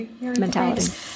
mentality